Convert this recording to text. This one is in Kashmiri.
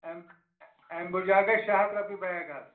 ایم ایمبوٗجا گژھِ شےٚ ہَتھ روٚپیہِ بیگ حظ